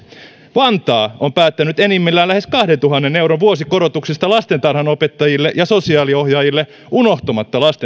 vantaa on päättänyt enimmillään lähes kahdentuhannen euron vuosikorotuksista lastentarhanopettajille ja sosiaaliohjaajille unohtamatta